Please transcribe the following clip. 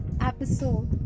episode